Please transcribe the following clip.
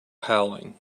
howling